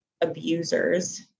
abusers